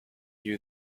view